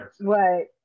right